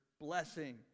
blessing